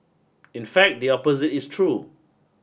in fact the opposite is true